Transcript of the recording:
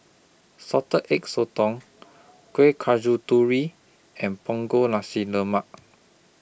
Salted Egg Sotong Kueh and Punggol Nasi Lemak